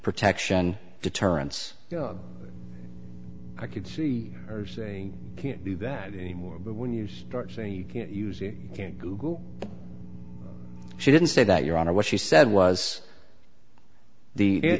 protection deterrence i could see her saying you can't do that anymore but when you start saying you can't use it you can't google she didn't say that your honor what she said was the